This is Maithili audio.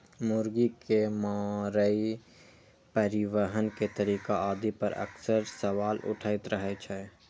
मुर्गी के मारै, परिवहन के तरीका आदि पर अक्सर सवाल उठैत रहै छै